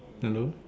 hello